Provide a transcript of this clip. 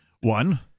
One